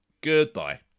Goodbye